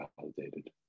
validated